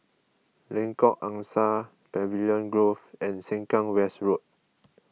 Lengkok Angsa Pavilion Grove and Sengkang West Road